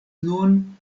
nun